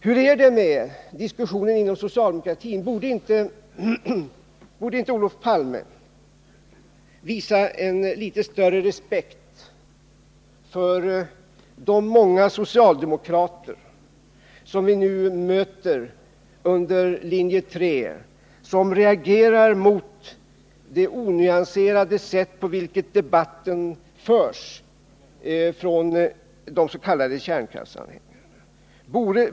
Hur är det med diskussionen inom socialdemokratin? Borde inte Olof Palme visa litet större respekt för de många socialdemokrater som vi nu möter i linje 3 och som reagerar mot det onyanserade sätt på vilket debatten förs av de s.k. kärnkraftsanhängarna?